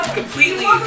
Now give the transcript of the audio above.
completely